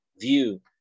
view